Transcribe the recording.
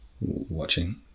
watching